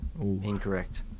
Incorrect